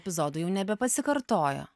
epizodų jau nebepasikartojo